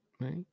right